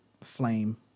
flame